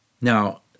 Now